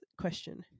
question